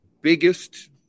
biggest